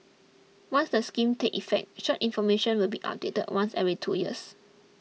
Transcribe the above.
once the scheme takes effect such information will be updated once every two years